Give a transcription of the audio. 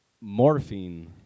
Morphine